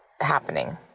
happening